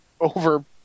over